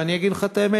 ואני אגיד לך את האמת,